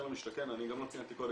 'לא קיבלנו תשובות',